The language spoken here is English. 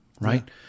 Right